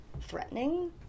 threatening